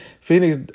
Phoenix